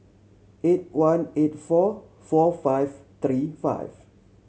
eight one eight four four five three five